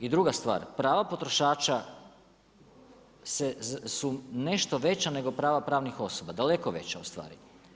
I druga stvar, prava potrošača su nešto veća nego prava pravnih osoba, daleko veća ustvari.